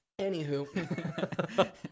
Anywho